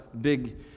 big